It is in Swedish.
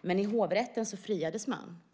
Men i hovrätten friades man.